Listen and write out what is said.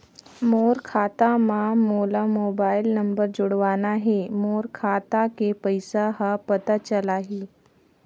मोर खाता मां मोला मोबाइल नंबर जोड़वाना हे मोर खाता के पइसा ह पता चलाही?